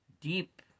Deep